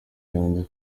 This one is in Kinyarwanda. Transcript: yanze